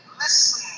listen